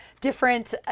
different